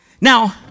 Now